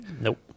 Nope